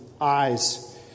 eyes